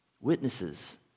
witnesses